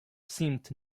seemed